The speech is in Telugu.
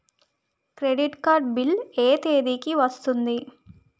క్రెడిట్ కార్డ్ బిల్ ఎ తేదీ కి వస్తుంది?